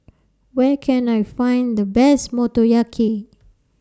Where Can I Find The Best Motoyaki